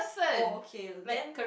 oh okay then